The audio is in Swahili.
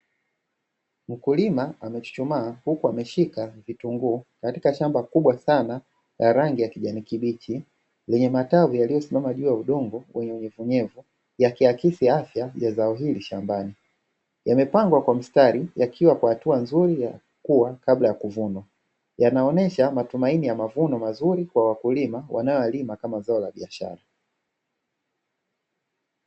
Mkulima amechumaa huku ameshika vitunguu katika shamba kubwa sana la rangi ya kijani kibichi lenye matawi yaliyosimama juu ya udongo wenye unyevu nyevu ya kiakisi afya ya zao hili shambani, yamepangwa kwa mstari yakiwa kwa hatua nzuri ya kukua kabla ya kuvunwa yanaonyesha matumaini ya mavuno mazuri kwa wakulima wanaolima kama zao la biashara.